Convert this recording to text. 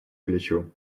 плечу